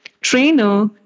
trainer